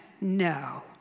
no